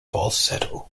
falsetto